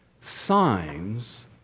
Signs